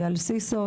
אייל סיסו.